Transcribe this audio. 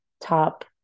top